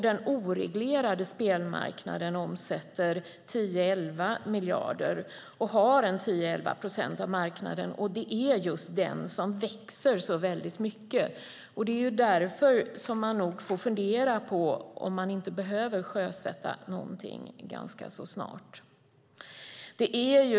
Den oreglerade spelmarknaden omsätter 10-11 miljarder kronor och har 10-11 procent av marknaden, som växer kraftigt. Därför får vi nog fundera på om inte någonting behöver sjösättas ganska snart.